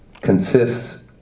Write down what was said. consists